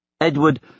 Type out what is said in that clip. Edward